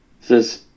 says